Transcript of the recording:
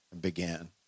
began